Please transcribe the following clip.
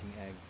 eggs